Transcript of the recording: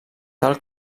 tal